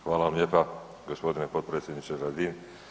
Hvala vam lijepa gospodine potpredsjedniče Radin.